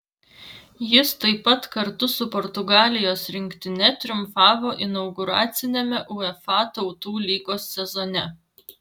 jis taip pat kartu su portugalijos rinktine triumfavo inauguraciniame uefa tautų lygos sezone